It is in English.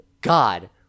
god